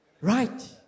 Right